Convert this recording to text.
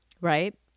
right